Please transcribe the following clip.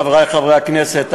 חברי חברי הכנסת,